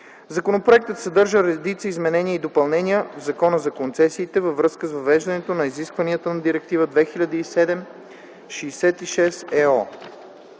Законопроектът съдържа и редица изменения и допълнения в Закона за концесиите във връзка с въвеждането на изискванията на Директива 2007/66/ЕО.